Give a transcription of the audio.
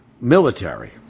military